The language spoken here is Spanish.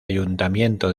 ayuntamiento